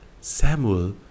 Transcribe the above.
Samuel